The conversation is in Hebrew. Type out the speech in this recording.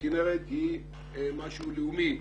הכינרת היא משהו לאומי.